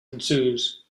ensues